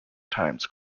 times